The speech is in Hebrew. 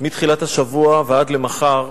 מתחילת השבוע ועד למחר,